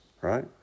right